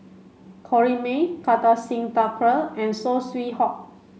Corrinne May Kartar Singh Thakral and Saw Swee Hock